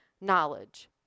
knowledge